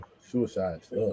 Suicides